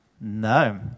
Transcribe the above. No